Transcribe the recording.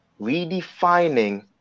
redefining